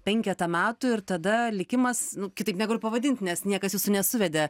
penketą metų ir tada likimas kitaip negaliu pavadint nes niekas jūsų nesuvedė